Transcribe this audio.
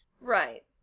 Right